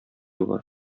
бар